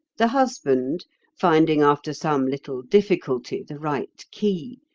the husband finding after some little difficulty the right key,